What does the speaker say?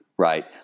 Right